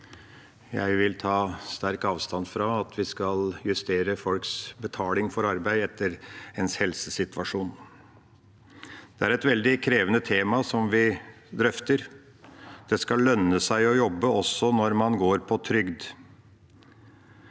Jeg vil ta sterkt avstand fra at vi skal justere folks betaling for arbeid etter ens helsesituasjon. Det er et veldig krevende tema vi drøfter. Det skal lønne seg å jobbe også når man går på trygd.